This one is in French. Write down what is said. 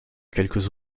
quelques